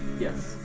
Yes